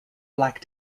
black